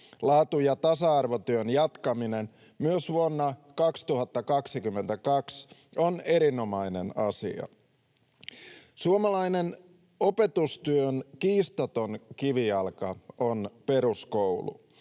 Laatu ja tasa-arvotyön jatkaminen myös vuonna 2022 on erinomainen asia. Suomalaisen opetustyön kiistaton kivijalka on peruskoulu.